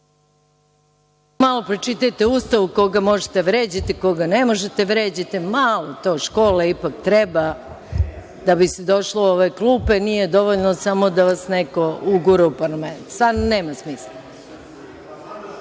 Malo pročitajte Ustav, koga možete da vređate, koga ne možete da vređate. Malo tu škole ipak treba da bi se došlo u ove klupe, nije dovoljno samo da vas neko ugura u parlament. Stvarno nema smisla.